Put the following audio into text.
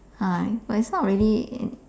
ah but it's not really an